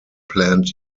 planned